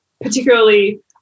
particularly